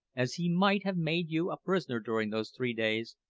as he might have made you a prisoner during those three days,